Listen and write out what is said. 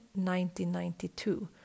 1992